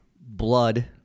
blood